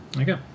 Okay